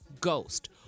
Ghost